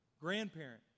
grandparent